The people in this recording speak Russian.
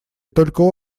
только